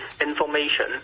information